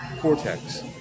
cortex